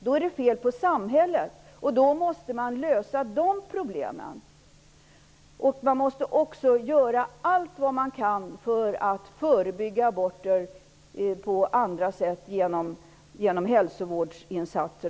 Då är det fel på samhället, och då måste de problemen lösas. Man måste göra allt som göras kan för att på andra sätt förebygga aborter, t.ex. genom hälsovårdsinsatser.